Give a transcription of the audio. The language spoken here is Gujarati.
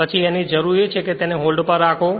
પછી જેની જરૂર છે તેને હોલ્ડ પર રાખો